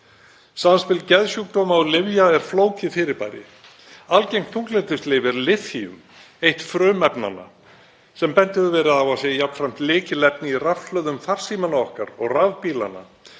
Samspil geðsjúkdóma og lyfja er flókið fyrirbæri. Algengt þunglyndislyf er liþíum, eitt frumefnanna, sem bent hefur verið á að sé jafnframt lykilefni í rafhlöðum farsímanna okkar og rafbílanna.